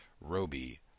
Roby